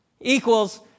equals